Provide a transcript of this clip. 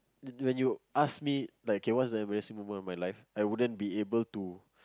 when when you ask me like K what is the embarrassing moment of my life I wouldn't be able to